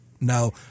Now